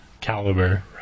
caliber